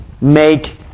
make